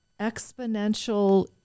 exponential